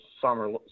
summer